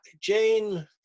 Jane